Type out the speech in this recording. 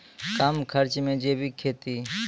कम खर्च मे जैविक खेती?